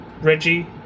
Reggie